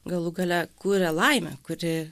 galų gale kuria laimę kuri